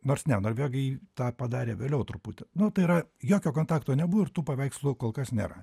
nors ne norvegai tą padarė vėliau truputį nu tai yra jokio kontakto nebuvo ir tų paveikslų kol kas nėra